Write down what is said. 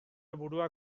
burua